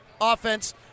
offense